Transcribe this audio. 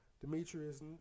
Demetrius